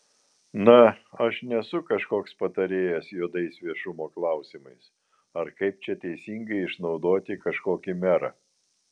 na aš nesu kažkoks patarėjas juodais viešumo klausimais ar kaip čia teisingai išnaudoti kažkokį merą